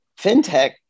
fintech